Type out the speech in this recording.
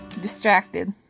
distracted